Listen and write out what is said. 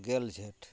ᱜᱮᱞ ᱡᱷᱮᱴ